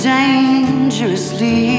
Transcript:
dangerously